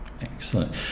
Excellent